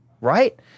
right